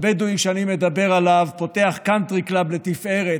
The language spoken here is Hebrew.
הבדואי שאני מדבר עליו פותח קאנטרי קלאב לתפארת,